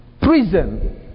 prison